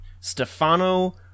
stefano